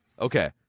okay